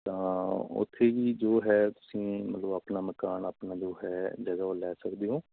ਤਾਂ ਉੱਥੇ ਹੀ ਜੋ ਹੈ ਤੁਸੀਂ ਮਤਲਬ ਆਪਣਾ ਮਕਾਨ ਆਪਣਾ ਜੋ ਹੈ ਜਦੋਂ ਲੈ ਸਕਦੇ ਓ